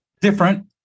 different